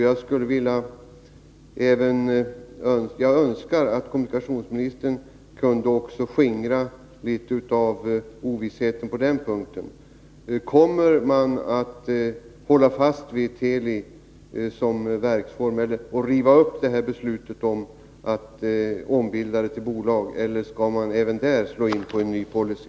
Jag önskar att kommunikationsministern kunde skingra litet av ovissheten på den punkten. Kommer man att hålla fast vid verksformen för Teli och riva upp beslutet om ombildande till bolag, eller skall man även här slå in på en ny policy?